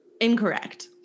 Incorrect